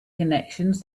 connections